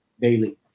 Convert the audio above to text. daily